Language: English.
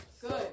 Good